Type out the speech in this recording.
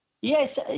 Yes